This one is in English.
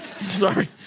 Sorry